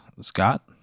Scott